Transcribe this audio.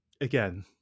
Again